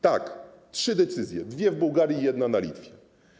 Tak, trzy decyzje: dwie w Bułgarii i jedną na Litwie.